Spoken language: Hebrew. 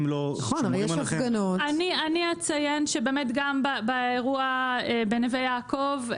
אני אציין גם באירוע בנווה יעקב,